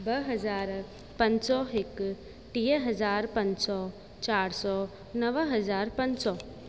ॿ हज़ार पंज सौ हिकु टीह हज़ार पंज सौ चारि सौ नव हज़ार पंज सौ